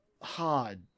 hard